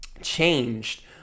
changed